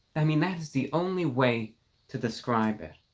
i mean that is the only way to describe it